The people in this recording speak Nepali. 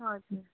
हजुर